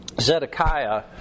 Zedekiah